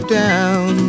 down